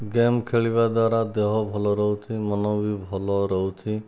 game ଖେଳିବା ଦ୍ୱାରା ଦେହ ଭଲ ରହୁଛି ମନ ବି ଭଲ ରହୁଛି